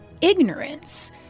ignorance